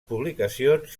publicacions